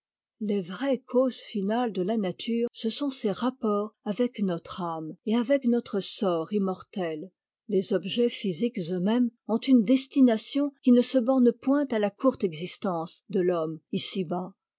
les vraies causes finales de la nature ce sont ses rapports avec notre âme et avec notre sort immortel les objets physiques eux-mêmes ont une destination qui ne se borne point à la courte existence de l'homme ici-bas